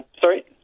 Sorry